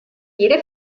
jede